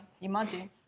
imagine